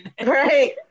Right